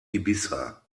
ibiza